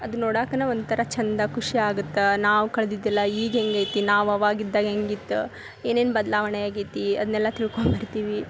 ಅದು ನೋಡಾಕ್ಕನ ಒಂಥರ ಚಂದ ಖುಷಿ ಆಗುತ್ತೆ ನಾವು ಕಳ್ದಿದ್ದೆಲ್ಲ ಈಗ ಹೆಂಗೈತಿ ನಾವು ಅವಾಗಿದ್ದಾಗ ಹೆಂಗಿತ್ತು ಏನೇನು ಬದಲಾವಣೆ ಆಗೈತಿ ಅದ್ನೆಲ್ಲ ತಿಳ್ಕೊಂಡು ಬರ್ತೀವಿ